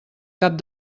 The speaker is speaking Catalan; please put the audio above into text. cap